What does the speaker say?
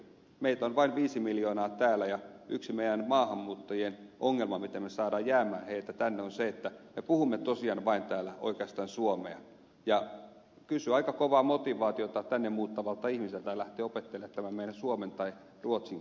meitä on vain viisi miljoonaa täällä ja yksi meidän maahanmuuttajien ongelma miten me saamme jäämään heitä tänne on se että me puhumme täällä tosiaan vain oikeastaan suomea ja kysyy aika kovaa motivaatiota tänne muuttavalta ihmiseltä lähteä opettelemaan tämä meidän suomen tai ruotsin kieli